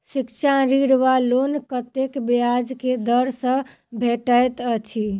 शिक्षा ऋण वा लोन कतेक ब्याज केँ दर सँ भेटैत अछि?